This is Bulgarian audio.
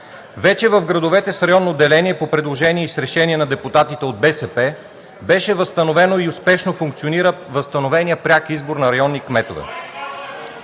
Вече в градовете с районно деление, по предложение и с решение на депутатите от БСП, беше възстановено и успешно функционира възстановения пряк избор на районни кметове.